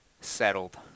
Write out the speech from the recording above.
settled